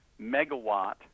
megawatt